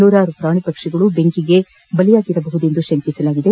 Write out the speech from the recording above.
ನೂರಾರು ಪ್ರಾಣಿಪಕ್ಷಿಗಳು ಬೆಂಕಿಗೆ ಬಲಿಯಾಗಿರಬಹುದೆಂದು ಶಂಕಿಸಲಾಗಿದೆ